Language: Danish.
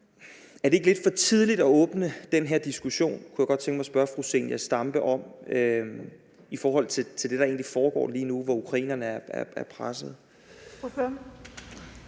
er det ikke lidt for tidligt at åbne den her diskussion? kunne jeg godt tænke mig at spørge fru Zenia Stampe om i forhold til det, der egentlig foregår lige nu, hvor ukrainerne er pressede.